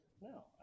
No